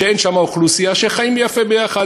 שאין שם אוכלוסייה שחיה יפה ביחד,